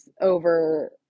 over